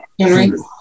Henry